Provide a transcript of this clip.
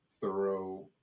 thorough